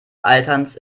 alterns